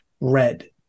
red